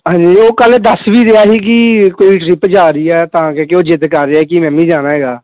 ਹਾਂਜੀ ਉਹ ਕੱਲ੍ਹ ਦੱਸ ਵੀ ਰਿਹਾ ਸੀ ਕਿ ਕੋਈ ਟਰਿੱਪ ਜਾ ਰਹੀ ਹੈ ਤਾਂ ਕਰਕੇ ਉਹ ਜਿੱਦ ਕਰ ਰਿਹਾ ਕਿ ਮੈਂ ਵੀਂ ਜਾਣਾ ਹੈਗਾ